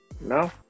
No